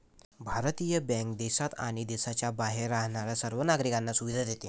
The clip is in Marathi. भारतीय बँक देशात आणि देशाच्या बाहेर राहणाऱ्या सर्व नागरिकांना सुविधा देते